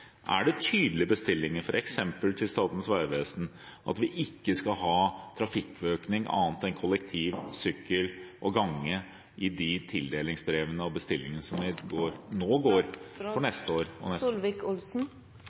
det en tydelig bestilling f.eks. til Statens vegvesen at vi ikke skal ha trafikkøkning annet enn i kollektivtrafikk, sykkel og gange i de tildelingsbrevene og bestillingene som nå går